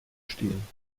stehen